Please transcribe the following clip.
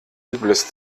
übles